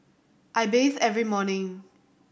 I bathe every morning